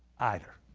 either.